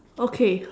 okay